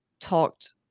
talked